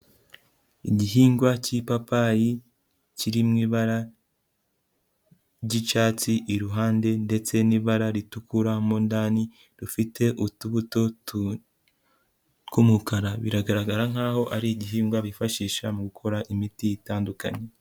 Igihingwa cy'ipapayi kiri mu ibara j'icatsi iruhande ndetse n'ibara ritukuramo ndani, rifite utubuto tu tw'umukara, biragaragara nkaho ari igihingwa bifashisha mu gukora imiti itandukanye.